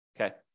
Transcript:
okay